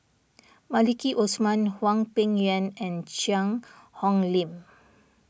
Maliki Osman Hwang Peng Yuan and Cheang Hong Lim